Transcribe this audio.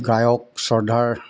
গায়ক শ্ৰদ্ধাৰ